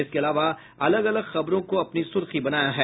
इसके अलावा अलग अलग खबरों को सुर्खी बनाया है